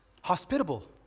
hospitable